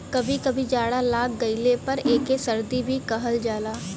कभी कभी जाड़ा लाग गइले पर एके सर्दी भी कहल जाला